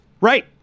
Right